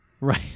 Right